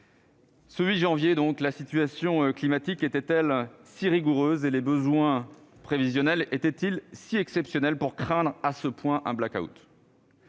dernier, la situation climatique était-elle si rigoureuse et les besoins prévisionnels étaient-ils si exceptionnels que nous devions craindre à ce point un blackout ?